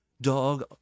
Dog